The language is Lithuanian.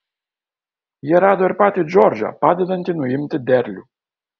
jie rado ir patį džordžą padedantį nuimti derlių